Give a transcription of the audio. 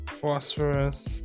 Phosphorus